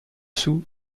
sous